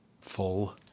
full